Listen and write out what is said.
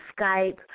Skype